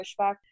pushback